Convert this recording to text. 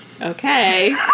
Okay